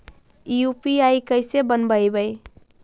UPI कैसे बनइबै?